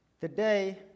today